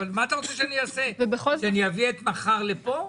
אתה רוצה שאני אביא את מחר לכאן?